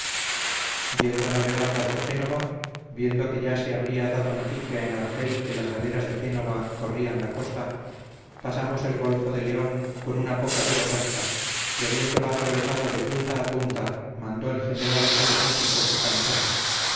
mil cosas yendo navegando hacia génova viendo que ya se habría dado noticia en argel que las galeras de génova corrían la costa pasamos el golfo de león con una poca de borrasca y habiéndolo atravesado de punta a punta mandó el general a los músicos que cantasen